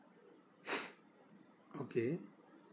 okay